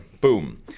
Boom